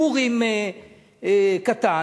פורים קטן,